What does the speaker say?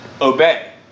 obey